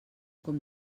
com